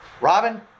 Robin